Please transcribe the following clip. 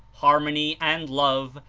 harmony and love,